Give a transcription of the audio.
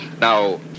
Now